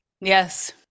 Yes